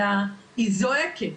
אלא היא זועקת,